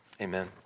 Amen